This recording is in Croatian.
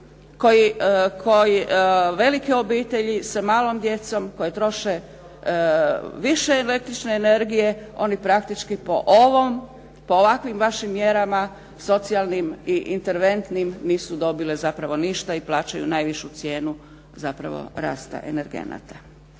koji velike obitelji sa malom djecom koji troše više električne energije, oni praktički po ovakvim vašim mjerama socijalnim i interventnim nisu dobile zapravo ništa i plaćaju najvišu cijenu zapravo rasta energenata.